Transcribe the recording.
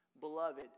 beloved